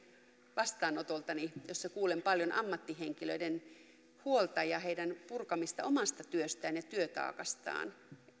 vastaanotoltani jossa kuulen paljon ammattihenkilöiden huolta ja heidän purkamista omasta työstään ja työtaakastaan